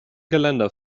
geländer